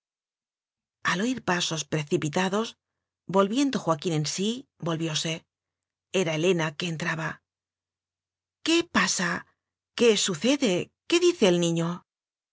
al oir pasos precipitados volviendo joa quín en sí volvióse era helena que en traba qué pasa qué sucede qué dice el niño